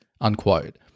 unquote